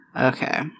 Okay